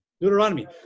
Deuteronomy